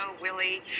Willie